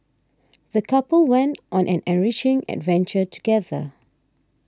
the couple went on an enriching adventure together